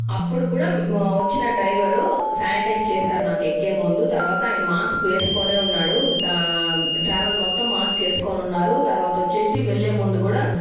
అప్పుడు కూడా వచ్చిన డ్రైవరు శానిటైజ్ చేశారు నాకు ఎక్కే ముందు తర్వాత ఆయన మాస్క్ వేస్కొనే ఉన్నాడు ట్రావెల్ మొత్తం మాస్క్ వేసుకొని ఉన్నారు తర్వాత వచ్చేసి వెళ్లే ముందు కూడా